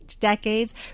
decades